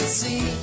see